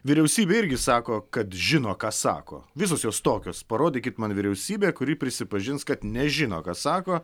vyriausybė irgi sako kad žino ką sako visos jos tokios parodykit man vyriausybę kuri prisipažins kad nežino ką sako